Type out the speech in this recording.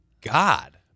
God